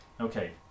Okay